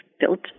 built